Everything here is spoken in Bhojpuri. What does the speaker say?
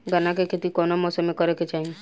गन्ना के खेती कौना मौसम में करेके चाही?